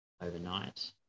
overnight